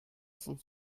cent